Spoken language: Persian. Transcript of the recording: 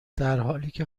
درحالیکه